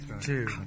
two